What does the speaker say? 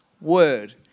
word